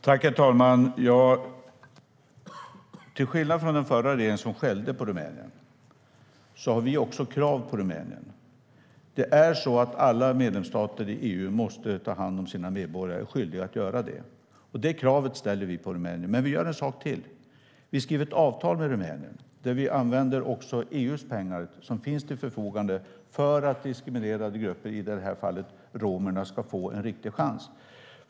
Herr talman! Till skillnad från den förra regeringen som skällde på Rumänien har vi också krav på Rumänien. Alla medlemsstater i EU måste ta hand om sina medborgare och är skyldiga att göra det. Det kravet ställer vi på Rumänien. Men vi gör en sak till. Vi skriver ett avtal med Rumänien där vi använder också EU:s pengar som finns till förfogande för att diskriminerade grupper, i det här fallet romerna, ska få en riktig chans.